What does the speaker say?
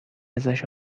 ازش